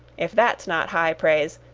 if that's not high praise,